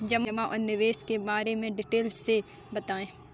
जमा और निवेश के बारे में डिटेल से बताएँ?